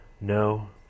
No